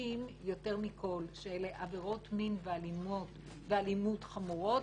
חוששים יותר מכול עבירות מין ואלימות חמורות